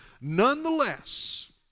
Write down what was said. Nonetheless